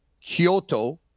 Kyoto